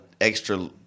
extra